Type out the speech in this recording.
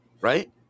right